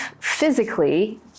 physically